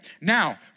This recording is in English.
Now